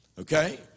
Okay